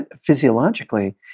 physiologically